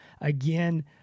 Again